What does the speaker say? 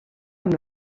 amb